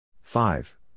five